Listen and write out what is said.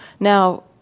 Now